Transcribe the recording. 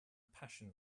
passion